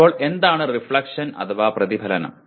ഇപ്പോൾ എന്താണ് റിഫ്ലക്ഷൻ അഥവാ പ്രതിഫലനം